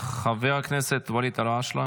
תודה רבה לחבר הכנסת אבי מעוז.